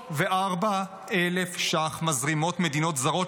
304,000 ש"ח מזרימות מדינות זרות